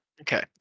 okay